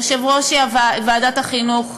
יושב-ראש ועדת החינוך,